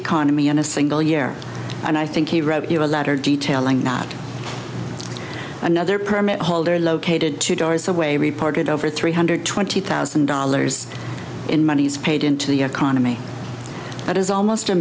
economy in a single year and i think he wrote you a letter detailing not another permit holder located two doors away reported over three hundred twenty thousand dollars in monies paid into the economy that is almost a